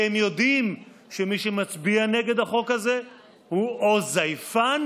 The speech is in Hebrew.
כי הם יודעים שמי שמצביע נגד החוק הזה הוא או זייפן